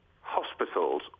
hospitals